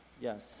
Yes